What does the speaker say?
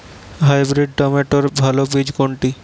Hybrid টমেটোর ভালো বীজ কোনটি?